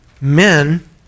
men